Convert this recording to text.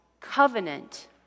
covenant